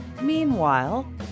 Meanwhile